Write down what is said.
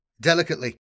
Delicately